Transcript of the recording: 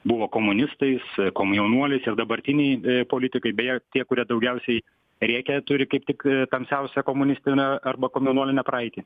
buvo komunistais komjaunuoliais ir dabartiniai politikai beje tie kurie daugiausiai rėkia turi kaip tik tamsiausią komunistinę arba komjaunuolinę praeitį